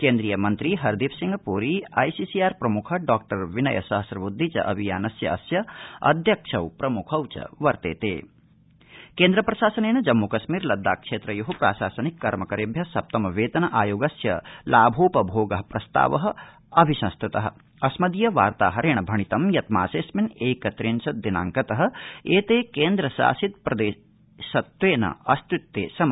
केन्द्रीय मन्त्री हरदीप सिंह पुरी आईसीसीआर प्रमुख डॉविनय सहस्रबुद्धि च अभियानस्यास्य अध्यक्षौ प्रमुखौ च वर्तेता केन्द्र प्रशासनम् लद्दाख केन्द्रप्रशासनेन जम्मू कश्मीर लद्दाख क्षेत्रयो प्राशासनिक कर्मकरेभ्य सप्तम वेतन आयोगस्य लाभोपभोग प्रस्ताव अस्मदीय वार्ताहरेण भणितं यत् मासेऽस्मिन् एकत्रिंश दिनांकत एते केन्द्रशासित प्रदेशत्वेन अस्तित्वे अभिसंस्तृत